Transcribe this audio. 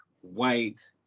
white